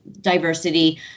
diversity